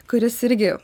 kuris irgi